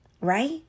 right